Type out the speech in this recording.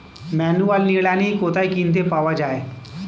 Manual নিড়ানি কোথায় কিনতে পাওয়া যায়?